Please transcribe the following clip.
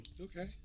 Okay